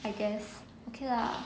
I guess okay lah